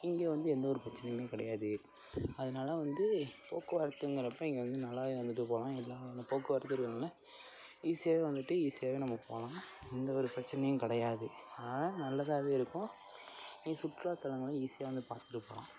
இங்கே வந்து எந்த ஒரு பிரச்சினையுமே கிடையாது அதுனாலே வந்து போக்குவரத்துக்கிறப்ப இங்கே வந்து நல்லாவே வந்துட்டு போகலாம் எல்லா வகையான போக்குவரத்தும் இருக்கறனால ஈஸியாகவே வந்துட்டு ஈஸியாகவே நம்ம போகலாம் எந்த ஒரு பிரச்சினையும் கிடையாது அதெலாம் நல்லதாகவே இருக்கும் நீங்கள் சுற்றுலாத்தலங்களும் ஈஸியாக வந்து பார்த்துட்டு போகலாம்